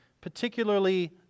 particularly